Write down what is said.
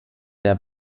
der